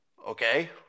Okay